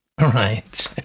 right